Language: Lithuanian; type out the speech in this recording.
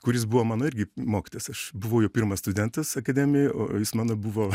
kuris buvo mano irgi mokytojas aš buvau jo pirmas studentas akademijoj o jis mano buvo